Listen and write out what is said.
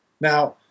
Now